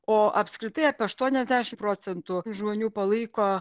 o apskritai apie aštuoniasdeši procentų žmonių palaiko